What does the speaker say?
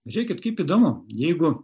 žiūrėkit kaip įdomu jeigu